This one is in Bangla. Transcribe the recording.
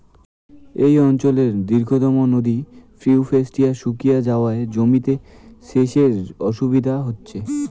এই অঞ্চলের দীর্ঘতম নদী ইউফ্রেটিস শুকিয়ে যাওয়ায় জমিতে সেচের অসুবিধে হচ্ছে